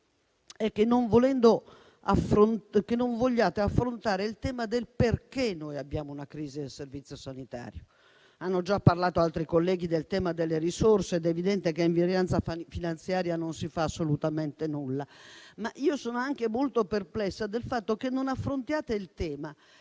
è che non vogliate affrontare il tema del perché abbiamo una crisi del servizio sanitario. Altri colleghi hanno già parlato del tema delle risorse ed è evidente che, a invarianza finanziaria, non si fa assolutamente nulla. Ma io sono anche molto perplessa del fatto che non affrontate il tema